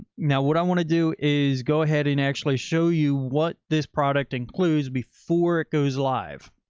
now what i want to do is go ahead and actually show you what this product includes before it goes live.